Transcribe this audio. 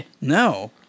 No